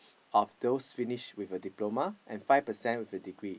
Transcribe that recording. of those finish with a diploma and five percent with a degree